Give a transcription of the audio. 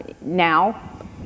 now